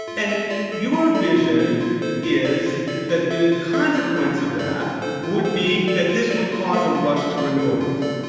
and your vision is that the consequence of that would be that this would cause a rush to renewables,